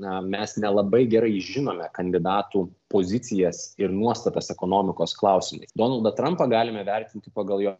na mes nelabai gerai žinome kandidatų pozicijas ir nuostatas ekonomikos klausimais donaldą trampą galime vertinti pagal jo